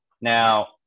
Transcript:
now